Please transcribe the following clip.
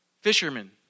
Fishermen